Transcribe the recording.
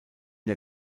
der